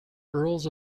earls